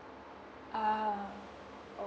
ah